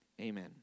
Amen